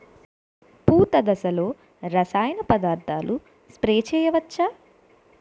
పూత దశలో రసాయన పదార్థాలు స్ప్రే చేయచ్చ?